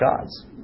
gods